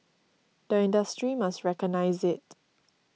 the industry must recognise it